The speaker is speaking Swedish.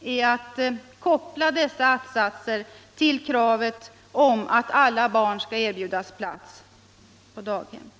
är att koppla dessa att-satser till kraven om att alla barn skall erbjudas plats på daghem.